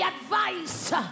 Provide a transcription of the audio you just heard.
advice